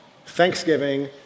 thanksgiving